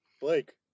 Blake